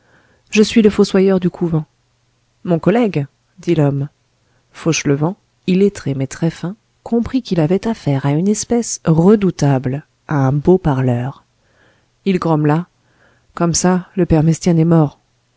je suis le fossoyeur du couvent mon collègue dit l'homme fauchelevent illettré mais très fin comprit qu'il avait affaire à une espèce redoutable à un beau parleur il grommela comme ça le père mestienne est mort